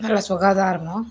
நல்ல சுகாதாரமும்